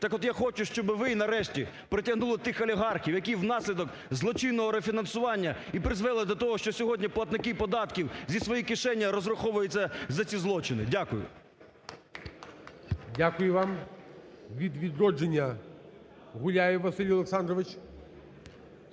Так от я хочу, щоб ви нарешті притягнули тих олігархів, які внаслідок злочинного рефінансування і призвели до того, що сьогодні платники податків зі своєї кишені розраховуються за ці злочини. Дякую. ГОЛОВУЮЧИЙ. Дякую вам. Від "Відродження", Гуляєв Василь Олександрович.